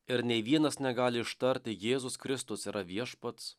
ir nei vienas negali ištarti jėzus kristus yra viešpats